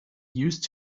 used